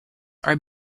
are